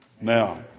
Now